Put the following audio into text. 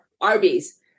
Arby's